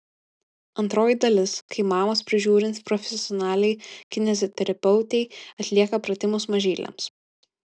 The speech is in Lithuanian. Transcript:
antroji dalis kai mamos prižiūrint profesionaliai kineziterapeutei atlieka pratimus mažyliams